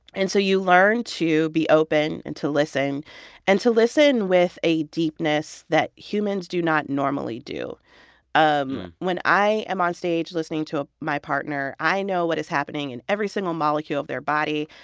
and so you learn to be open and to listen and to listen with a deepness that humans do not normally do um when i am on stage listening to ah my partner, i know what is happening in every single molecule of their body.